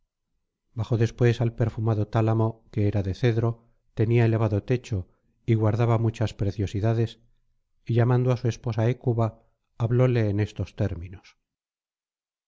bajó después al perfumado tálamo que era de cedro tenía elevado techo y guardaba muchas preciosidades y llamando á su esposa hécuba hablóle en estos términos